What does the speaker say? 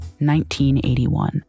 1981